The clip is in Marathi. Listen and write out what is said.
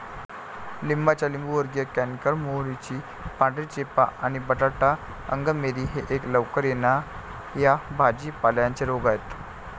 लिंबाचा लिंबूवर्गीय कॅन्कर, मोहरीची पांढरी चेपा आणि बटाटा अंगमेरी हे लवकर येणा या भाजी पाल्यांचे रोग आहेत